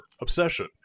Obsession